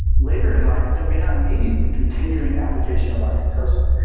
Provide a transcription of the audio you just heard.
later in life they may not need continuing application of oxytocin,